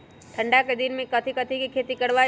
ठंडा के दिन में कथी कथी की खेती करवाई?